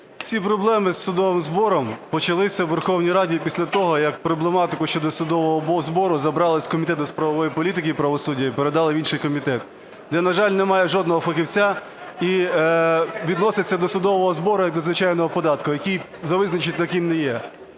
Всі проблеми з судовим збором почалися у Верховній Раді після того як проблематику щодо судового збору забрали з Комітету правової політики і правосуддя і передали в інший комітет, де, на жаль, немає жодного фахівця, і відносяться до судового збору як до звичайно податку, який за визначенням таким не є.